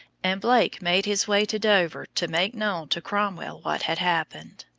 and blake made his way to dover to make known to cromwell what had happened.